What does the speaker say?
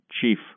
chief